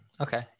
okay